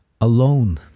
Alone